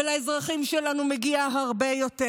ולאזרחים שלנו מגיע הרבה יותר.